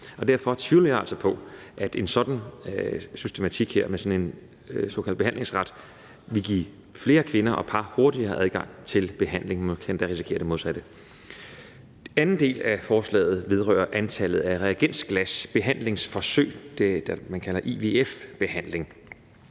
Derfor tvivler jeg altså på, at en sådan systematik her med sådan en såkaldt behandlingsret vil give flere kvinder og par hurtigere adgang til behandling. Man kan endda risikere det modsatte. Anden del af forslaget vedrører antallet af reagensglasbehandlingsforsøg, det, man kalder IVF-behandling,